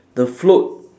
the float